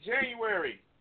January